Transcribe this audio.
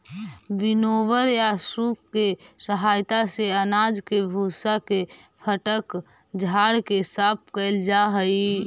winnower या सूप के सहायता से अनाज के भूसा के फटक झाड़ के साफ कैल जा हई